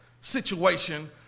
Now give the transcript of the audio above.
situation